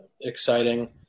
exciting